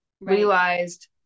realized